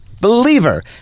Believer